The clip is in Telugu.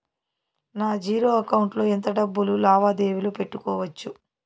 నా జీరో అకౌంట్ లో ఎంత డబ్బులు లావాదేవీలు పెట్టుకోవచ్చు?